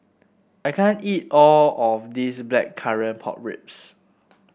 I can't eat all of this Blackcurrant Pork Ribs